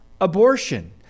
abortion